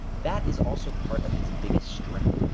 that is also part of his biggest strength.